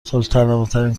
صلحطلبانهترین